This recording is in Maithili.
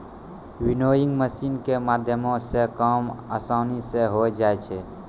विनोइंग मशीनो के माध्यमो से काम असानी से होय जाय छै